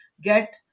get